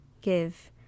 give